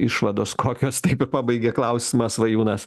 išvados kokios taip ir pabaigė klausimą svajūnas